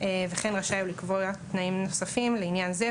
וכן הוא רשאי לקבוע תנאים נוספים לעניין זה,